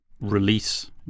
release